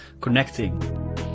connecting